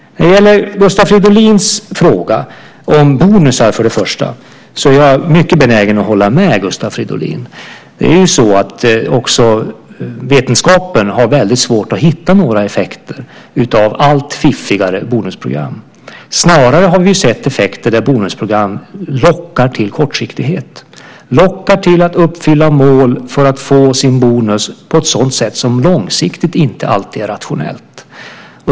När det gäller Gustav Fridolins fråga om bonusar så är jag mycket benägen att hålla med honom. Också vetenskapen har svårt att hitta några effekter av allt fiffigare bonusprogram. Vi har snarare sett effekter där bonusprogram lockar till kortsiktighet och till att uppfylla mål för att man ska få sin bonus på ett sådant sätt som långsiktigt inte alltid är rationellt.